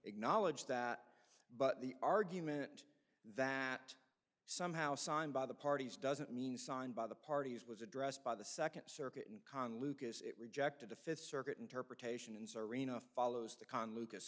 acknowledge that but the argument that somehow signed by the parties doesn't mean signed by the parties was addressed by the second circuit and con lucas it rejected the fifth circuit interpretation and serina follows the con lucas